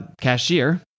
cashier